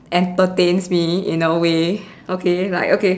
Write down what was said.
entertains me in a way okay like okay